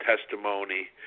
testimony